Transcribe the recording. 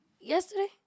yesterday